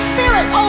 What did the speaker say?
Spirit